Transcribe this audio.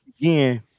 Again